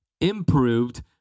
improved